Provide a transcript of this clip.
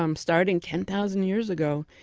um starting ten thousand years ago,